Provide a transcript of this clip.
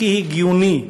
הכי הגיוני,